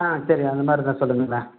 ஆ சரி அந்தமாதிரி இருந்தால் சொல்லுங்களேன்